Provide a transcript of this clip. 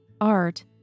art